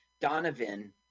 Donovan